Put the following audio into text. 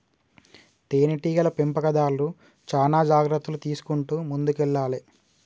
తేనె టీగల పెంపకందార్లు చానా జాగ్రత్తలు తీసుకుంటూ ముందుకెల్లాలే